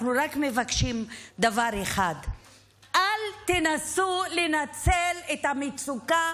אנחנו רק מבקשים דבר אחד: אל תנסו לנצל את המצוקה,